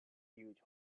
huge